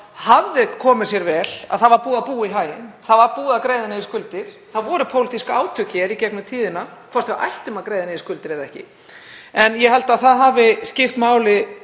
hafi komið sér vel að það var búið að búa í haginn. Það var búið að greiða niður skuldir. Það hafa verið pólitísk átök hér í gegnum tíðina um hvort við ættum að greiða niður skuldir eða ekki, en ég held að það hafi skipt máli